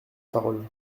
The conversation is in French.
parole